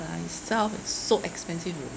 by itself is so expensive already